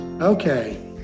Okay